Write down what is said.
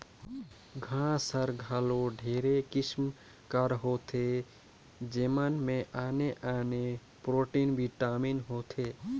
घांस हर घलो ढेरे किसिम कर होथे जेमन में आने आने प्रोटीन, बिटामिन होथे